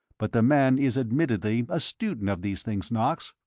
but the man is admittedly a student of these things, knox.